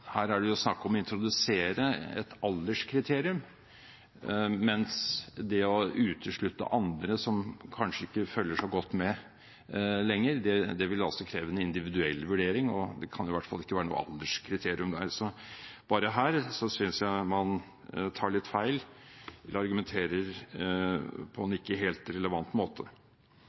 her er det jo snakk om å introdusere et alderskriterium, mens det å uteslutte andre som kanskje ikke følger så godt med lenger, altså vil kreve en individuell vurdering, og der kan det i hvert fall ikke være noe alderskriterium. Så her synes jeg man tar litt feil eller argumenterer på en ikke helt relevant måte.